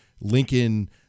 Lincoln